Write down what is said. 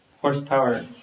horsepower